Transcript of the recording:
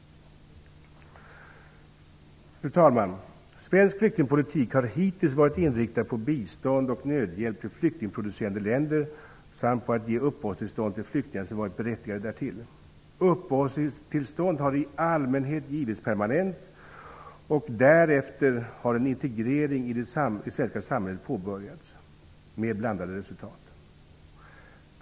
Fru talman! Svensk flyktingpolitik har hittills varit inriktad på bistånd och nödhjälp till flyktingproducerande länder samt på att ge uppehållstillstånd till flyktingar som varit berättigade därtill. Uppehållstillstånd har i allmänhet givits permanent, och därefter har, med blandade resultat, en integrering i det svenska samhället påbörjats.